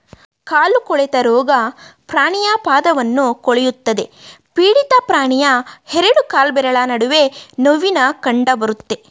ಕಾಲು ಕೊಳೆತ ರೋಗ ಪ್ರಾಣಿಯ ಪಾದವನ್ನು ಕೊಳೆಯುತ್ತದೆ ಪೀಡಿತ ಪ್ರಾಣಿಯ ಎರಡು ಕಾಲ್ಬೆರಳ ನಡುವೆ ನೋವಿನ ಕಂಡಬರುತ್ತೆ